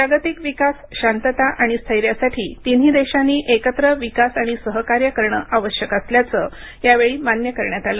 जागतिक विकास शांतता आणि स्थैर्यासाठी तिन्ही देशांनी एकत्र विकास आणि सहकार्य करणं आवश्यक असल्याचं यावेळी मान्य करण्यात आलं